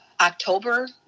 October